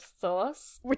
sauce